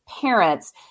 parents